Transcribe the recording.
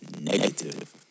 negative